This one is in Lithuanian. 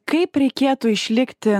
kaip reikėtų išlikti